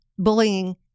Bullying